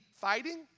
fighting